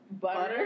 butter